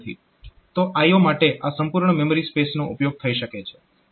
તો IO માટે આ સંપૂર્ણ મેમરી સ્પેસનો ઉપયોગ થઈ શકે છે